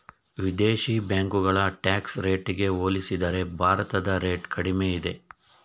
ವಿದೇಶಿ ಬ್ಯಾಂಕುಗಳ ಟ್ಯಾಕ್ಸ್ ರೇಟಿಗೆ ಹೋಲಿಸಿದರೆ ಭಾರತದ ರೇಟ್ ಕಡಿಮೆ ಇದೆ